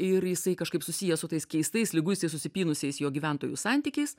ir jisai kažkaip susijęs su tais keistais liguistai susipynusiais jo gyventojų santykiais